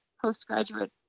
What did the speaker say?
postgraduate